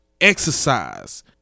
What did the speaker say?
exercise